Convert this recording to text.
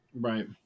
right